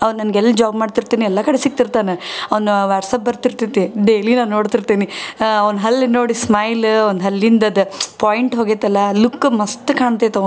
ಅಂವಾ ನನ್ಗೆ ಎಲ್ಲ ಜಾಬ್ ಮಾಡ್ತಿರ್ತೀನಿ ಎಲ್ಲ ಕಡೆ ಸಿಕ್ತಿರ್ತಾನೆ ಅವ್ನ ವ್ಯಾಟ್ಸ್ಅಪ್ ಬರ್ತಿರ್ತೈತಿ ಡೈಲಿ ನಾನು ನೋಡ್ತಿರ್ತೀನಿ ಅವ್ನ ಹಲ್ಲು ನೋಡಿ ಸ್ಮೈಲ್ ಅವಂದು ಹಲ್ಲಿಂದು ಅದು ಪಾಯಿಂಟ್ ಹೋಗೈತಲ್ಲ ಲುಕ್ ಮಸ್ತ್ ಕಾಣ್ತೈತಿ ಅವಂಗೆ